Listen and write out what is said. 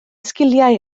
sgiliau